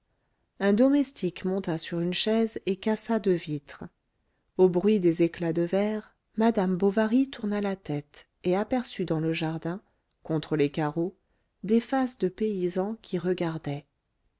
un domestique monta sur une chaise et cassa deux vitres au bruit des éclats de verre madame bovary tourna la tête et aperçut dans le jardin contre les carreaux des faces de paysans qui regardaient